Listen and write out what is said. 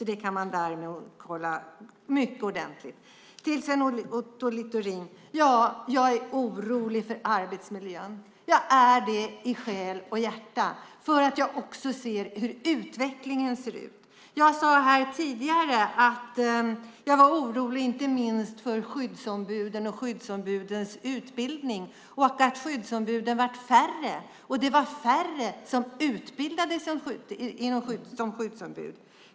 Det kan man kolla mycket ordentligt där. Till Sven Otto Littorin vill jag säga att jag är orolig för arbetsmiljön. Jag är det i själ och hjärta. Jag ser också hur utvecklingen ser ut. Jag sade tidigare att jag var orolig för skyddsombuden och deras utbildning. Skyddsombuden har blivit färre. Det var färre som utbildades som skyddsombud.